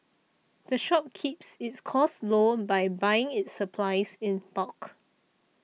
the shop keeps its costs low by buying its supplies in bulk